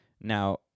Now